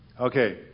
Okay